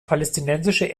palästinensische